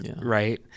right